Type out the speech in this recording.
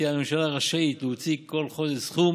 תהא הממשלה רשאית להוציא כל חודש סכום